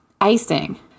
icing